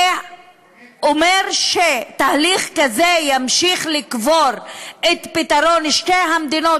זה אומר שתהליך כזה ימשיך לקבור את פתרון שתי המדינות,